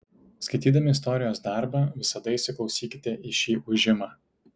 skaitydami istorijos darbą visada įsiklausykite į šį ūžimą